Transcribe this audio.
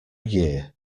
year